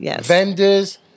vendors